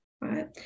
right